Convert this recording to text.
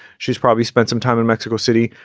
she's probably spent some time in mexico city.